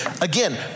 Again